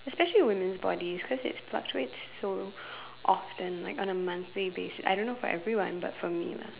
especially women's bodies cos it fluctuates so often like on a monthly basis I don't know for everyone but for me lah